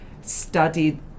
studied